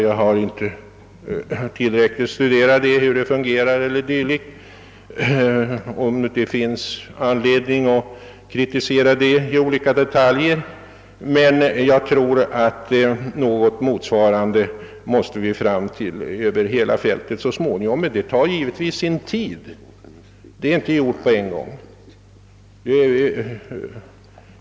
Jag har inte tillräckligt studerat hur denna överenskommelse fungerar och kan därför inte bedöma om det finns anledning att kritisera den i dess olika detaljer, men jag tror att vi så småningom måste komma fram till något motsvarande över hela fältet. Att åstadkomma en sådan ordning tar emellertid sin tid.